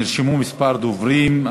נרשמו כמה דוברים.